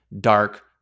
dark